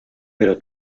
pero